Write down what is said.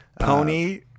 Pony